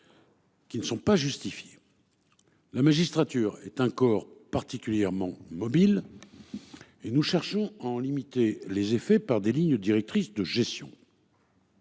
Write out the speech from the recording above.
Qui ne sont pas justifiées. La magistrature est un corps particulièrement mobiles. Et nous cherchons à en limiter les effets par des lignes directrices de gestion.